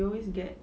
we always get